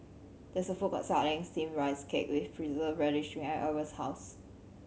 there is a food court selling steam rice cake with preserve radish behind Arvo's house